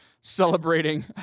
celebrating